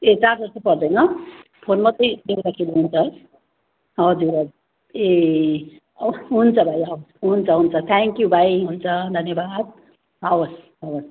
ए charger चाहिँ पर्दैन phone मात्रै ल्याउँदाखेरि हुन्छ है हजुर हजुर ए हवस् हुन्छ भाइ हवस् हुन्छ हुन्छ थ्याङ्क्यु भाइ हुन्छ धन्यवाद हवस् हवस्